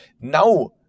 Now